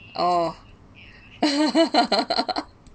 oh